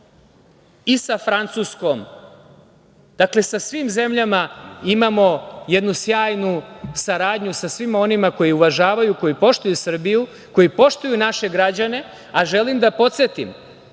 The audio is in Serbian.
i sa Francuskom. Dakle, sa svim zemljama imamo jednu sjajnu saradnju, sa svima onima koji uvažavaju, koji poštuju Srbiju, koji poštuju naše građane. Želim da podsetim